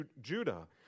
Judah